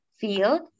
field